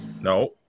No